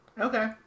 okay